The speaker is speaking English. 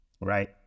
right